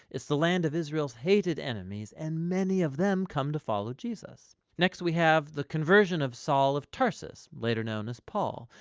it's the land of israel's hated enemies, and many of them come to follow jesus. next, we have the conversion of saul of tarsus, later known as paul.